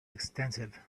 extensive